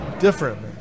different